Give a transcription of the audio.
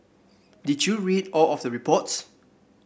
did you read all of the reports